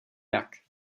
jak